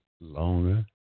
longer